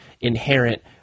inherent